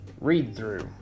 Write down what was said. read-through